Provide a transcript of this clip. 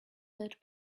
that